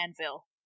anvil